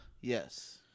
Yes